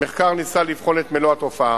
המחקר ניסה לבחון את מלוא התופעה,